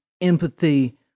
empathy